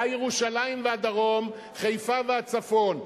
היה ירושלים והדרום, חיפה והצפון.